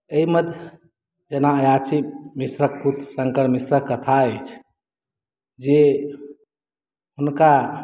एहिमे जेना अयाची मिश्रक पुत्र शङ्कर मिश्रक कथा अछि जे हुनका